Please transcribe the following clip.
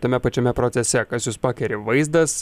tame pačiame procese kas jus pakeri vaizdas